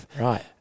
Right